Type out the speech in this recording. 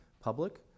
public